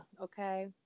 okay